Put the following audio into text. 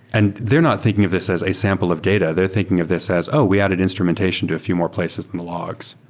and they're not thinking of this as a sample of data. they're thinking of this as, oh! we added instrumentation to a few more places in the logs.